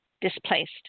Displaced